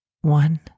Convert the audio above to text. One